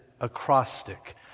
acrostic